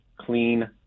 clean